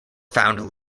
founded